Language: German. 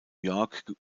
york